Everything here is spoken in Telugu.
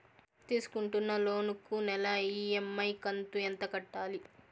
తీసుకుంటున్న లోను కు నెల ఇ.ఎం.ఐ కంతు ఎంత కట్టాలి?